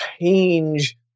change